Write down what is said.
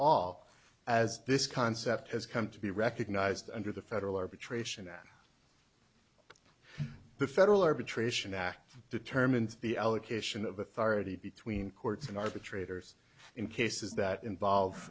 all as this concept has come to be recognized under the federal arbitration that the federal arbitration act determines the allocation of authority between courts and arbitrators in cases that involve